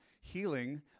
healing